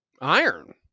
iron